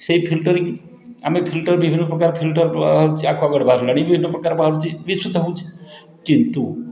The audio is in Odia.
ସେଇ ଫିଲ୍ଟରିଙ୍ଗ ଆମେ ଫିଲ୍ଟର ବିଭିନ୍ନପ୍ରକାର ଫିଲ୍ଟର ବାହାରୁଛି ଆକ୍ଵାଗାର୍ଡ଼ ବାହାରିଲାଣି ବିଭିନ୍ନପ୍ରକାର ବାହାରୁଛି ବିଶୁଦ୍ଧ ହେଉଛି କିନ୍ତୁ